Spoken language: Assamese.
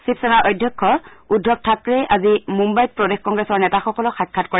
শিৱসেনাৰ অধ্যক্ষ উদ্ধৱ থাকৰেই আজি মুন্বাইত প্ৰদেশ কংগ্ৰেছৰ নেতাসকলক সাক্ষাৎ কৰে